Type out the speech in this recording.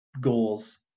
goals